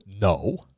no